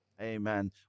Amen